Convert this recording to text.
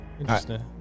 Interesting